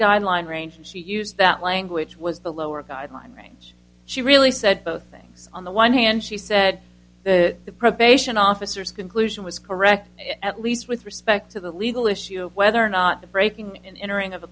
guideline range and she used that language was the lower guideline range she really said both things on the one hand she said that the probation officers conclusion was correct at least with respect to the legal issue of whether or not the breaking and entering of a